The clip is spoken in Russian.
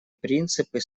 принципы